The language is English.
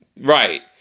Right